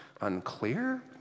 unclear